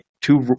two